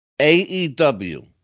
AEW